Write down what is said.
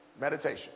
meditation